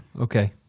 Okay